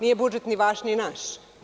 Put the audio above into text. Nije budžet ni vaš ni naš.